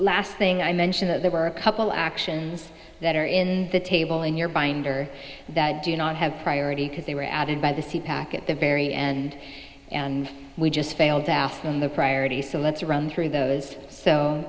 last thing i mention that there were a couple actions that are in the table in your binder that do not have priority because they were added by the c pac at the very end and we just failed to ask them the priority so let's run through those so